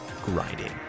grinding